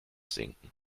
sinken